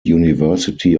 university